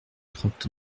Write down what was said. trente